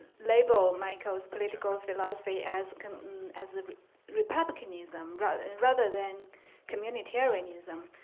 label michael's political philosophy as as the republicanism rather and rather than communitarianism.